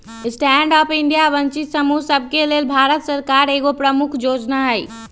stand up India वंचित समूह सभके लेल भारत सरकार के एगो प्रमुख जोजना हइ